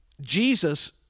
Jesus